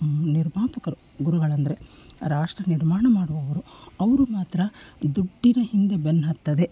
ನಿರ್ಮಾಪಕರು ಗುರುಗಳಂದರೆ ರಾಷ್ಟ್ರ ನಿರ್ಮಾಣ ಮಾಡುವವರು ಅವರು ಮಾತ್ರ ದುಡ್ಡಿನ ಹಿಂದೆ ಬೆನ್ನು ಹತ್ತದೆ